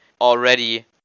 already